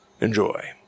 enjoy